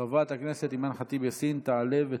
חברת הכנסת אימאן ח'טיב יאסין תעלה ותבוא.